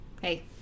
Hey